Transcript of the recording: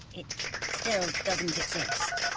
it still doesn't exist.